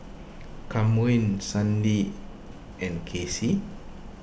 Kamren Sandie and Casey